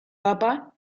papa